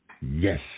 Yes